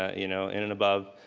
you know, in and above,